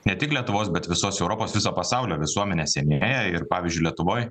ne tik lietuvos bet visos europos viso pasaulio visuomenė senėja ir pavyzdžiui lietuvoj